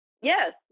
yes